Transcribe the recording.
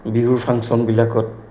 বিহুৰ ফাংচনবিলাকত